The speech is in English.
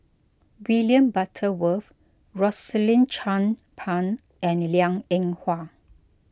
William Butterworth Rosaline Chan Pang and Liang Eng Hwa